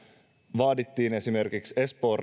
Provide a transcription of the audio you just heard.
vaadittiin välittömästi esimerkiksi espoon